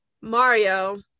Mario